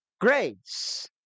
grace